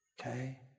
Okay